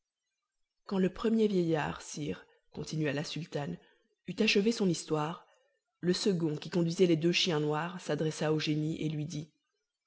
quand le premier vieillard sire continua la sultane eut achevé son histoire le second qui conduisait les deux chiens noirs s'adressa au génie et lui dit